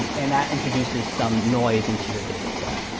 and that introduces some noise into your data set.